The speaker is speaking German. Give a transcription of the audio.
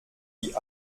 die